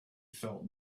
felt